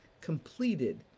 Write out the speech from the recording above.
completed